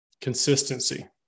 Consistency